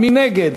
מי נגד?